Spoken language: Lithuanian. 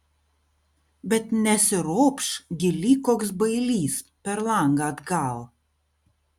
bet nesiropš gi lyg koks bailys per langą atgal